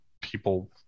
people